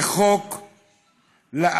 זה חוק לאח"מים,